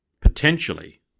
potentially